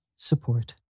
Support